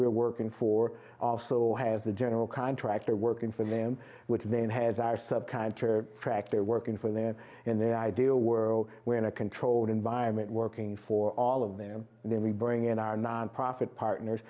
were working for also has a general contractor working for them which then has our subcontractor track they're working for them and their ideal world we're in a controlled environment working for all of them and then we bring in our nonprofit partners